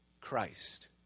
Christ